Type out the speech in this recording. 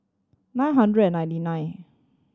nine hundred and ninety nine